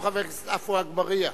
ואחריו, חבר הכנסת עפו אגבאריה.